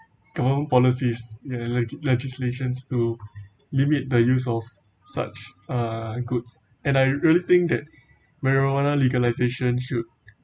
government policies and legi~ legislations to limit the use of such uh goods and I really think that marijuana legalisation should